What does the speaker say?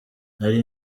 nari